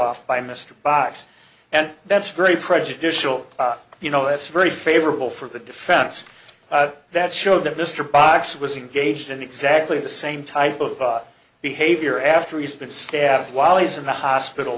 off by mr box and that's very prejudicial you know it's very favorable for the defense that showed that mr box was engaged in exactly the same type of behavior after he's been stabbed while he's in the hospital